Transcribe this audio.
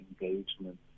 engagement